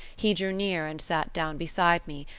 he drew near and sat down beside me,